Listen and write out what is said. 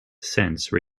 since